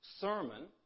sermon